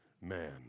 man